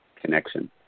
connection